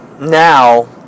now